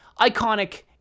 iconic